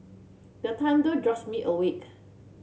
the thunder jolts me awake